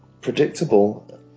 predictable